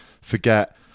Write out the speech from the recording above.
forget